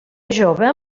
jove